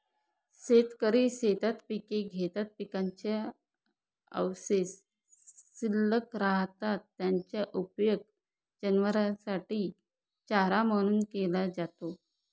शेतकरी शेतात पिके घेतात, पिकाचे अवशेष शिल्लक राहतात, त्याचा उपयोग जनावरांसाठी चारा म्हणून केला जातो